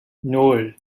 nan